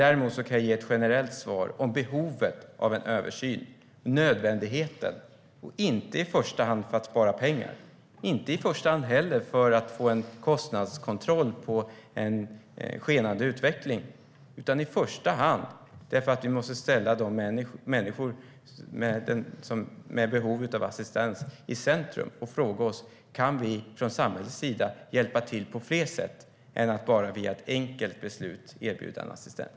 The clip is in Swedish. Däremot kan jag ge ett generellt svar om behovet och nödvändigheten av en översyn, inte i första hand för att spara pengar och få en kostnadskontroll på en skenande utveckling utan i första hand därför att vi måste ställa människor med behov av assistans i centrum och fråga oss: Kan vi från samhällets sida hjälpa till på fler sätt än att bara via ett enkelt beslut erbjuda en assistent?